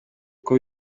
uko